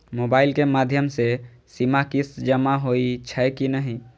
Mobile के माध्यम से सीमा किस्त जमा होई छै कि नहिं?